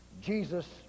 Jesus